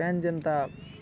ପାନ୍ ଯେନ୍ତା